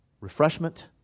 Refreshment